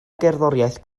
gerddoriaeth